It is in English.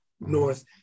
north